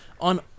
On